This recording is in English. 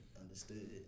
understood